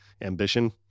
ambition